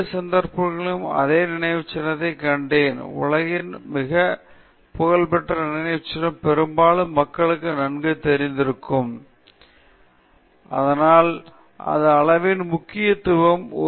இரண்டு சந்தர்ப்பங்களிலும் அதே நினைவுச்சின்னத்தைக் கண்டேன் உலகின் மிகப் புகழ்பெற்ற நினைவுச்சின்னம் பெரும்பாலான மக்களுக்கு நன்கு தெரிந்திருக்கும் ஆனால் நமக்கு அளவிலான அளவு இருப்பதால் நாம் எதைப் பற்றி பேசுகிறோமோ அதை அடையாளம் காண முடியும் அதனால் அது அளவின் முக்கியத்துவம்